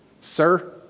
Sir